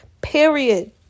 Period